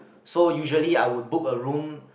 so usually I would book a room